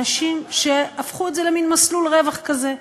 אנשים שהפכו את זה למין מסלול רווח כזה.